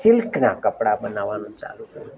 સિલ્કના કપડા બનાવવાનું ચાલુ કર્યું